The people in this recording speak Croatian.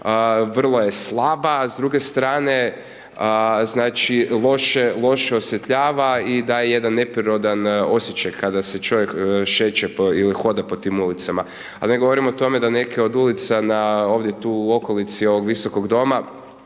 vrlo je slaba s druge strane, loše osvjetljava i daje jedan neprirodan osjećaj kada se čovjek šeće ili hoda po tim ulicama. Ali ja govorim o tome da neke od ulica na ovdje tu u okolici ovog visokog doma,